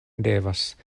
devas